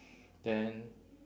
then